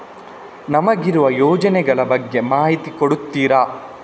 ನಮಗಿರುವ ಯೋಜನೆಗಳ ಬಗ್ಗೆ ಮಾಹಿತಿ ಕೊಡ್ತೀರಾ?